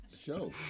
Show